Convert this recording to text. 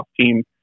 team